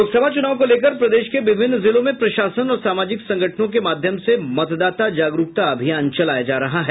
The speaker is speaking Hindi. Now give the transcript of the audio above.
लोकसभा चुनाव को लेकर प्रदेश के विभिन्न जिलों में प्रशासन और सामाजिक संगठनों के माध्यम से मतदाता जागरूकता अभियान चलाया जा रहा है